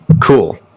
Cool